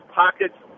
pockets